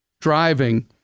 driving